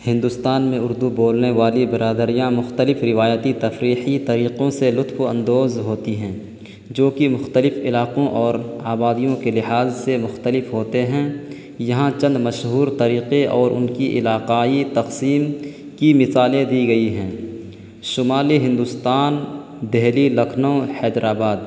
ہندوستان میں اردو بولنے والی برادریاں مختلف روایتی تفریحی طریقوں سے لطف اندوز ہوتی ہیں جو کہ مختلف علاقوں اور آبادیوں کے لحاظ سے مختلف ہوتے ہیں یہاں چند مشہور طریقے اور ان کی علاقائی تقسیم کی مثالیں دی گئی ہیں شمالی ہندوستان دہلی لکھنؤ حیدرآباد